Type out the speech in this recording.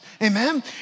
Amen